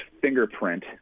fingerprint